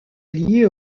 liée